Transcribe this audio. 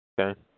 Okay